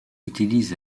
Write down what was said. utilise